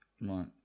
Right